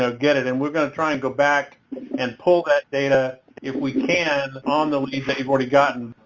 ah get it and we're going to try and go back and pull that data if we can on the leaves that you've already gotten.